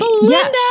Belinda